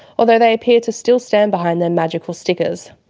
although they appear to still stand behind their magical stickers.